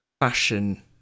fashion